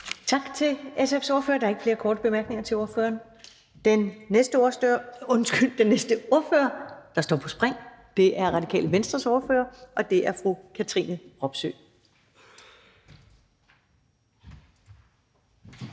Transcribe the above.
Tak til SF's ordfører. Der er ikke flere korte bemærkninger til ordføreren. Den næste ordfører, der står på spring, er Radikale Venstres ordfører, og det er fru Katrine Robsøe.